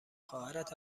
خواهرت